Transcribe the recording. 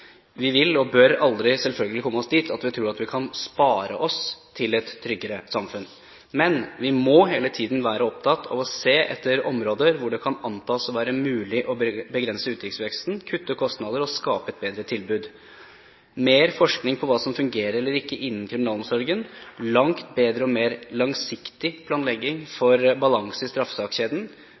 Vi vil og bør selvfølgelig aldri komme dit at vi tror at vi kan spare oss til et tryggere samfunn. Men vi må hele tiden være opptatt av å se etter områder hvor det kan antas å være mulig å begrense utgiftsveksten, kutte kostnader og skape et bedre tilbud. Mer forskning på hva som fungerer eller ikke innen kriminalomsorgen, langt bedre og mer langsiktig planlegging for balanse i straffesakskjeden,